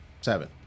Seven